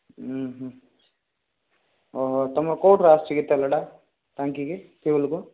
ଉହୁଁ ଅ ହଉ ତୁମର କେଉଁଠୁ ଆସୁଛି କି ତେଲଟା ଟାଙ୍କିକି ଟେବଲ୍କୁ